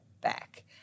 back